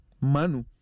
Manu